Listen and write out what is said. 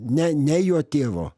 ne ne jo tėvo